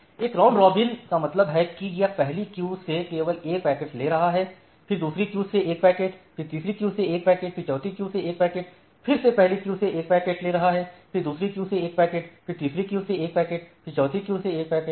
एक round robin scheduling का मतलब है कि यह पहली क्यू से केवल एक पैकेट्स ले रहा है फिर दूसरी क्यू से एक पैकेट्स फिर तीसरी क्यू से एक पैकेट्स फिर चौथी क्यू से एक पैकेट्स फिर से पहली क्यू से केवल एक पैकेट्स ले रहा है फिर दूसरी क्यू से एक पैकेट्स फिर तीसरी क्यू से एक पैकेट्स फिर चौथी क्यू से एक पैकेट्स